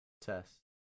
Test